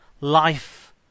Life